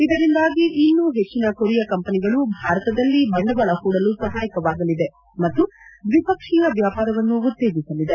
ಇದರಿಂದಾಗಿ ಇನ್ನೂ ಹೆಚ್ಚಿನ ಕೊರಿಯಾ ಕಂಪನಿಗಳು ಭಾರತದಲ್ಲಿ ಬಂಡವಾಳ ಹೊಡಲು ಸಹಾಯಕವಾಗಲಿದೆ ಮತ್ತು ದ್ಲಿಪಕ್ಷೀಯ ವ್ಯಾಪಾರವನ್ನು ಉತ್ತೇಜಿಸಲಿದೆ